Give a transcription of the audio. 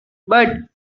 but